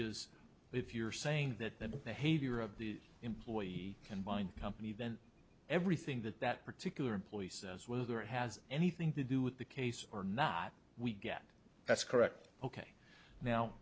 is if you're saying that the behavior of the employee combined company then everything that that particular employee says whether it has anything to do with the case or not we get that's correct ok now